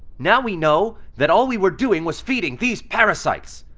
now we know that all we were doing was feeding these parasites!